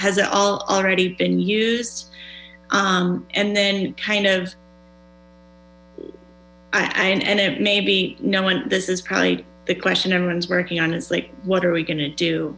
has it all already been used and then kind of i and maybe no one this is probably the question everyone's working on is like what are we going to do